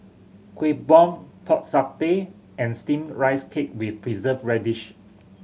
Kueh Bom Pork Satay and Steamed Rice Cake with Preserved Radish